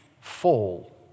fall